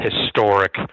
historic